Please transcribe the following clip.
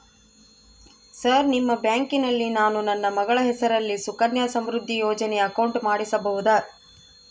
Sir ನಿಮ್ಮ ಬ್ಯಾಂಕಿನಲ್ಲಿ ನಾನು ನನ್ನ ಮಗಳ ಹೆಸರಲ್ಲಿ ಸುಕನ್ಯಾ ಸಮೃದ್ಧಿ ಯೋಜನೆ ಅಕೌಂಟ್ ಮಾಡಿಸಬಹುದಾ?